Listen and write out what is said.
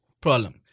problem